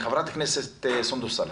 חברת הכנסת סונדוס סאלח.